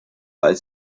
als